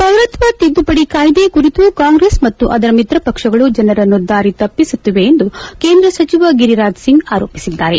ಪೌರತ್ವ ತಿದ್ದುಪಡಿ ಕಾಯ್ದೆ ಕುರಿತು ಕಾಂಗ್ರೆಸ್ ಮತ್ತು ಅದರ ಮಿತ್ರಪಕ್ಷಗಳು ಜನರನ್ನು ದಾರಿತಪ್ಪಿಸುತ್ತಿವೆ ಎಂದು ಕೇಂದ್ರ ಸಚಿವ ಗಿರಿರಾಜ್ ಸಿಂಗ್ ಆರೋಪಿಸಿದ್ದಾರೆ